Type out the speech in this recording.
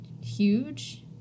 huge